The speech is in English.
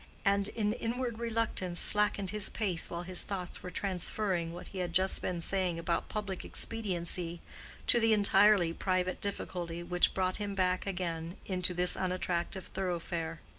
and an inward reluctance slackened his pace while his thoughts were transferring what he had just been saying about public expediency to the entirely private difficulty which brought him back again into this unattractive thoroughfare.